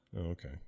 Okay